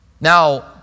Now